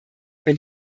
wenn